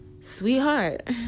sweetheart